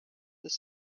this